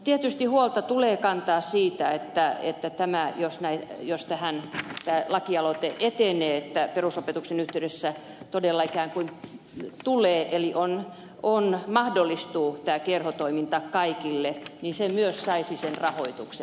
tietysti huolta tulee kantaa siitä että jos tämä lakialoite etenee ja perusopetuksen yhteydessä todella ikään kuin mahdollistuu tämä kerhotoiminta kaikille että se myös saisi sen rahoituksen